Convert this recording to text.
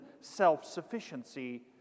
self-sufficiency